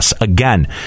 Again